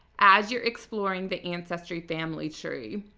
as you're exploring the ancestry family tree,